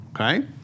okay